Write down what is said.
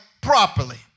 properly